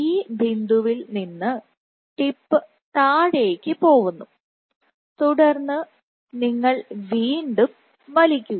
ഈ ബിന്ദുവിൽ നിന്ന് ടിപ്പ് താഴേക്ക് പോവുന്നു തുടർന്ന് നിങ്ങൾ വീണ്ടും വലിക്കുക